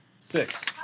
six